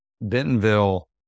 Bentonville